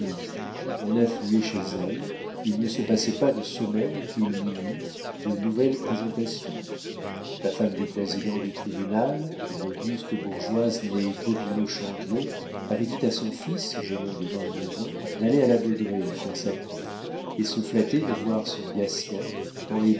on affluait chez elle il ne se passait pas de semaine qu'il n'y eût de nouvelles présentations la femme du président du tribunal une auguste bourgeoise née popinot chandier avait dit à son fils jeune homme de vingt-deux ans d'aller à la baudraye y faire sa cour et se flattait de voir son gatien dans les